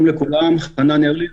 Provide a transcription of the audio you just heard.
חנן ארליך,